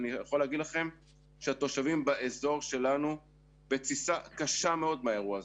אני יכול לומר לכם שהתושבים באזור שלנו בתסיסה קשה מאוד מהאירוע הזה.